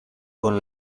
con